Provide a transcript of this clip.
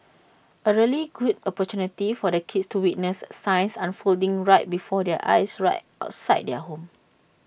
A really good opportunity for the kids to witness science unfolding right before their eyes right outside their home